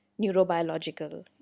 neurobiological